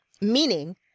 Meaning